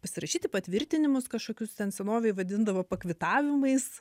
pasirašyti patvirtinimus kažkokius ten senovėj vadindavo pakvitavimais